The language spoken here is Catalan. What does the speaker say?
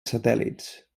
satèl·lits